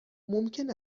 ممکن